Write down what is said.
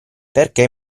perché